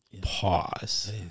pause